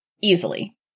Easily